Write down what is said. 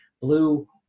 blue